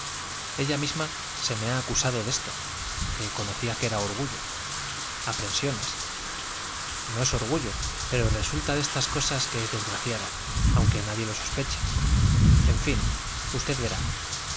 ella misma se me ha acusado de esto que conocía que era orgullo aprensiones no es orgullo pero resulta de estas cosas que es desgraciada aunque nadie lo sospeche en fin usted verá